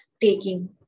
taking